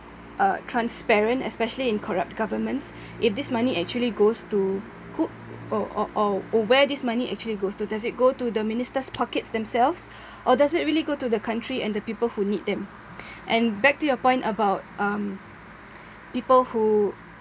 uh transparent especially in corrupt governments if this money actually goes to who or or or where this money actually goes to does it go to the minister's pockets themselves or does it really go to the country and the people who need them and back to your point about um people who